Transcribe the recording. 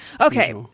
Okay